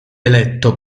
eletto